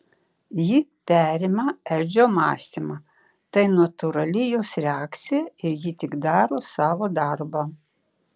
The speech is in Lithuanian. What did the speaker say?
ji perima edžio mąstymą tai natūrali jos reakcija ir ji tik daro savo darbą